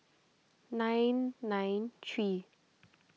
nine nine three